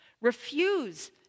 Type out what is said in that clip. Refuse